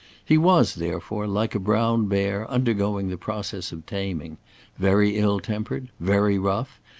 he was, therefore, like a brown bear undergoing the process of taming very ill-tempered, very rough,